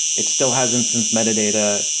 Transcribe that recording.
it still has instance metadata.